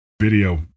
video